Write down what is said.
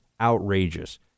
outrageous